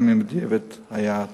גם אם בדיעבד היתה טעות.